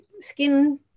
skin